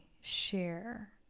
share